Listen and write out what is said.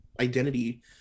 identity